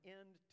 end